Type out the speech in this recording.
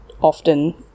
often